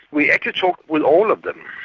we actually talked with all of them.